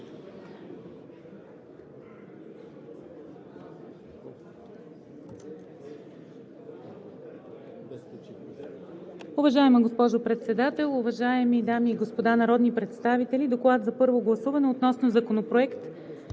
Уважаеми господин Председател, уважаеми госпожи и господа народни представители! „ДОКЛАД за първо гласуване относно Законопроект